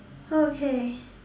okay